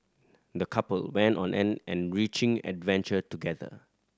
the couple went on an enriching adventure together